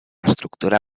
estructura